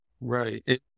Right